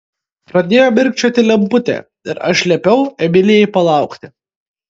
pradėjo mirkčioti lemputė ir aš liepiau emilijai palaukti